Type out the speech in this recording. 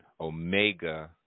Omega